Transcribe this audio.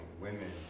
women